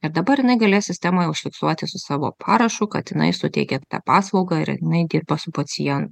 ir dabar jinai galės sistemoje užfiksuoti su savo parašu kad jinai suteikė tą paslaugą ir nueiti ir pas pacien